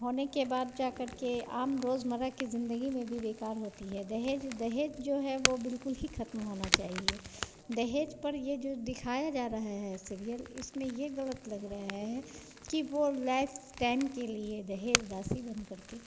होने के बाद जाकर के आम रोज़मर्रा की ज़िंदगी में भी बेकार होती है दहेज दहेज जो है वह बिल्कुल ही ख़त्म होना चाहिए दहेज पर यह जो दिखाया जा रहा है सिरियल इसमें यह ग़लत लग रहा है कि वह लाइफ़ टाइम के लिए दहेज दासी बनकर के